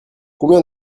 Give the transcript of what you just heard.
combien